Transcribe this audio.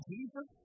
Jesus